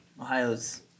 Ohio's